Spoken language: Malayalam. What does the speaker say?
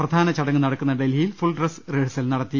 പ്രധാന ചടങ്ങ് നടക്കുന്ന ഡൽഹിയിൽ ഫൂൾഡ്രെസ് റിഹേഴ്സൽ നടത്തി